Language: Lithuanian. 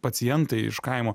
pacientai iš kaimo